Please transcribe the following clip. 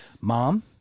Mom